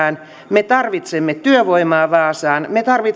me tarvitsemme työvoimaa vaasaan